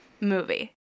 movie